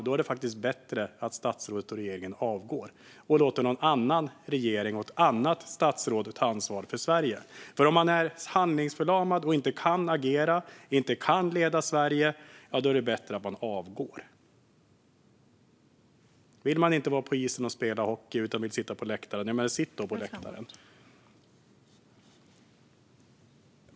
Då är det faktiskt bättre att statsrådet och regeringen avgår och låter någon annan regering och ett annat statsråd ta ansvar för Sverige. Är man handlingsförlamad och inte kan agera och inte kan leda Sverige är det bättre att man avgår. Vill man sitta på läktaren i stället för att vara på isen och spela hockey ska man sitta på läktaren.